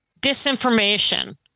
disinformation